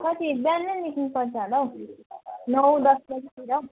कति बिहानै निक्लुनुपर्छ होला हो नौ दस बजेतिर